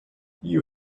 you